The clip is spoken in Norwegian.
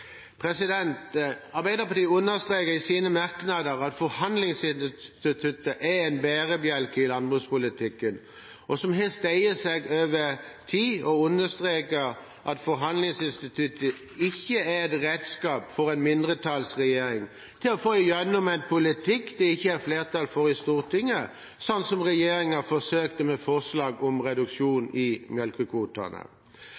Arbeiderpartiet understreker i sine merknader at forhandlingsinstituttet er en bærebjelke i landbrukspolitikken, som har stått seg over tid. Vi understreker at forhandlingsinstituttet ikke er et redskap for en mindretallsregjering til å få gjennom en politikk det ikke er flertall for i Stortinget, slik som regjeringen forsøkte med forslaget om reduksjon i melkekvotene.